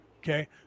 Okay